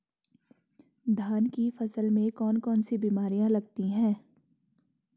धान की फसल में कौन कौन सी बीमारियां लगती हैं?